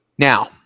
Now